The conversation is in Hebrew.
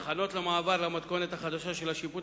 ההכנות למעבר למתכונת החדשה של השיפוט